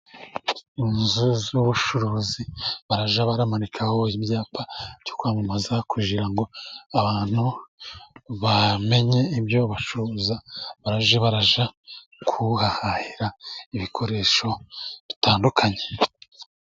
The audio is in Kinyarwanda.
Inzu z'ubucuruzi barajya baramanikaho, ibyapa byo kwamamaza, kugira ngo abantu bamenye ibyo bacuruza, barajya barajya ku hahahira ibikoresho bitandukanye.